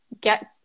get